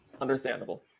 Understandable